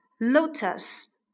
lotus